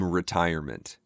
retirement